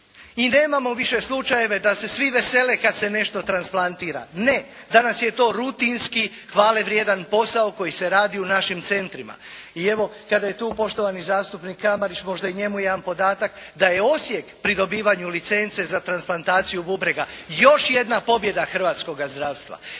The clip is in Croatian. I nemamo više slučajeve da se svi vesele kad se nešto transplantira. Ne, danas je to rutinski hvale vrijedan posao koji se radi u našim centrima. I evo, kada je tu poštovani zastupnik Kramarić možda i njemu jedan podatak da je Osijek pri dobivanju licence za transplantaciju bubrega još jedna pobjeda hrvatskoga zdravstva.